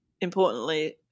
importantly